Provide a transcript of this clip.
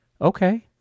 Okay